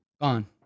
Gone